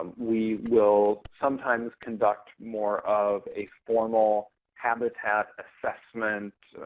um we will sometimes conduct more of a formal habitat assessment